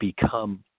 become